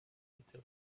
until